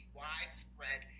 widespread